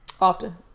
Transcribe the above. Often